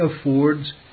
affords